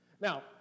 Now